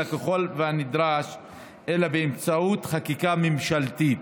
אלא באמצעות חקיקה ממשלתית,